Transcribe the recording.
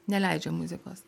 neleidžia muzikos